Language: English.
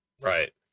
right